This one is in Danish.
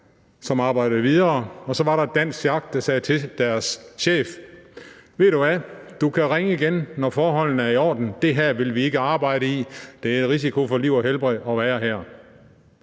som arbejdede videre, og så var der et dansk sjak, der sagde til deres chef: Ved du hvad? Du kan ringe igen, når forholdene er i orden. Det her vil vi ikke arbejde i. Det er med risiko for liv og helbred at være her.